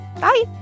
Bye